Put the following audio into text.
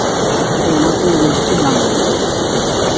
ᱱᱚᱣᱟ ᱠᱚ ᱡᱤᱱᱤᱥ ᱫᱚᱯᱮ ᱧᱟᱢ ᱫᱟᱲᱮᱭᱟᱜ ᱜᱮᱭᱟ